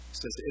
says